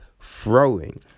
throwing